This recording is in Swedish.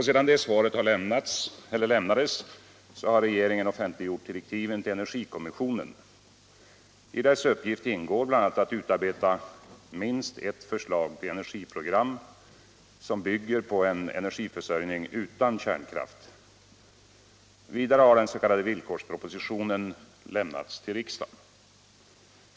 Sedan detta svar lämnades har regeringen offentliggjort direktiven till energikommissionen. I dess uppgift ingår bl.a. att utarbeta minst ett förslag till energiprogram, som bygger på en energiförsörjning utan kärnkraft. Vidare har den s.k. villkorspropositionen lämnats till riksdagen.